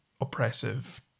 oppressive